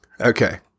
Okay